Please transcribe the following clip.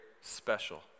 special